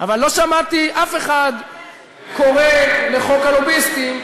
אבל לא שמעתי אף אחד קורא לחוק הלוביסטים,